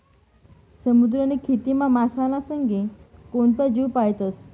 समुद्रनी खेतीमा मासाना संगे कोणता जीव पायतस?